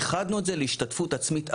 איחדנו את זה להשתתפות עצמית אחת.